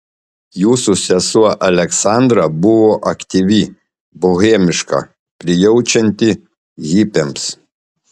jūsų sesuo aleksandra buvo aktyvi bohemiška prijaučianti hipiams